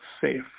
safe